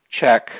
check